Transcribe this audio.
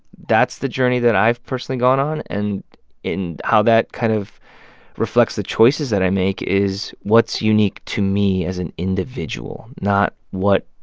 that's the journey that i've personally gone on. and how that kind of reflects the choices that i make is what's unique to me as an individual, not what